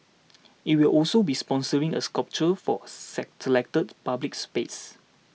it will also be sponsoring a sculpture for a selected public space